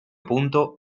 punto